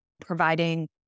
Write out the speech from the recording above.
providing